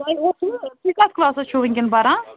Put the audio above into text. تۄہہِ اوسوٕ تُہۍ کٔتھ کٕلاسسس چھِو وُنکٮ۪ن پران